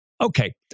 Okay